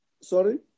Sorry